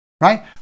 right